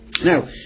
Now